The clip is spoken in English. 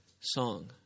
song